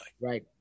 Right